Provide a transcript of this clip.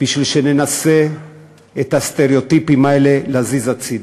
בשביל שננסה את הסטריאוטיפים האלה להזיז הצדה,